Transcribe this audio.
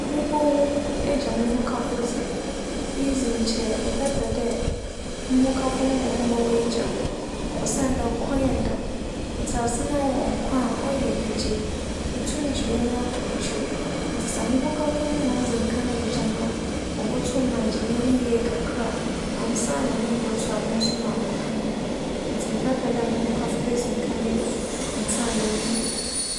Mobowu egya moho kafo dze, iyi dze nkyɛ mebɛpɛ dɛ moho kafo no mbom bowu egya me osiandɛ nkwa yɛ dɛw. Etse ase na ewͻ nkwa a, ͻyɛ enyigye, itum gye w'enyi kͻ ekyir ntsi sɛ moho kafo no dze kan wu gya me a, mobotum agye m'enyi yie kakra ansaana me ber so a moso makɛka no ho ntsi mebɛpɛ dɛ moho kafo bedzi kan ewu ansaana emi meewu.